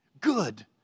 Good